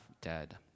dead